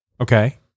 Okay